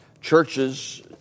Churches